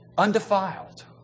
Undefiled